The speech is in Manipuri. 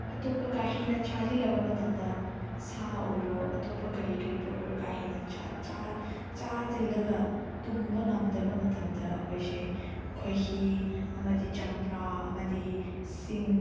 ꯑꯇꯣꯞꯄ ꯀꯥ ꯍꯦꯟꯅ ꯆꯥꯁꯤꯜꯂꯕ ꯃꯇꯝꯗ ꯁꯥ ꯑꯣꯏꯔꯣ ꯑꯇꯣꯞꯄ ꯀꯔꯤ ꯀꯔꯤ ꯄꯣꯠ ꯑꯣꯏꯔꯣ ꯀꯥ ꯍꯦꯟꯅ ꯆꯥꯁꯤꯜꯂꯒ ꯇꯨꯝꯕ ꯉꯝꯗꯕ ꯃꯇꯝꯗ ꯑꯩꯈꯣꯏꯁꯦ ꯈꯣꯍꯤ ꯑꯃꯗꯤ ꯆꯝꯄ꯭ꯔꯥ ꯑꯃꯗꯤ ꯁꯤꯡ